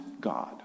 God